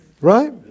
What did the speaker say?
Right